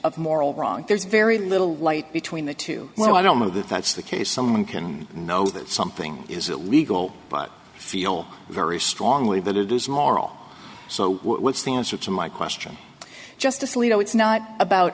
of moral wrong there's very little light between the two well i don't know that that's the case someone can know that something is it legal but feel very strongly that it is moral so what's the answer to my question justice alito it's not about